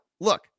Look